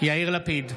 יאיר לפיד,